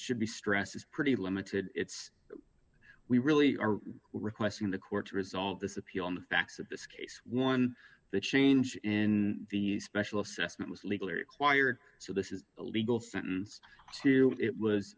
should be stress is pretty limited it's we really are requesting the court to resolve this appeal on the facts of this case one the change in the special assessment was legally required so this is a legal sentence